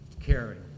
Caring